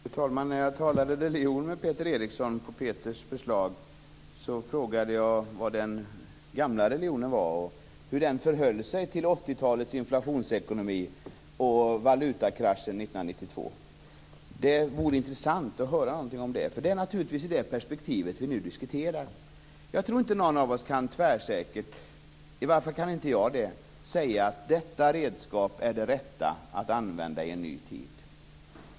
Fru talman! När jag talade religion med Peter Eriksson på hans förslag, frågade jag vad den gamla religionen var och hur den förhöll sig till 80-talets inflationsekonomi och valutakraschen 1992. Det vore intressant att höra någonting om det. Det är naturligtvis i det perspektivet vi nu diskuterar. Jag tror inte att någon av oss tvärsäkert kan säga att detta redskap är det rätta att använda i en ny tid. I varje fall kan inte jag det.